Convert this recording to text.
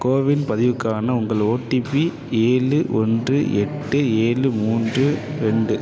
CoWIN பதிவுக்கான உங்கள் OTP ஏழு ஒன்று எட்டு ஏழு மூன்று ரெண்டு